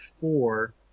four